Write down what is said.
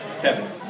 Kevin